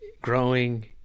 growing